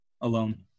alone